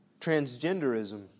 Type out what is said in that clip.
transgenderism